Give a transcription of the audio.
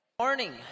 Morning